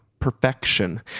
Perfection